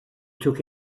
took